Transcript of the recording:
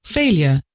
failure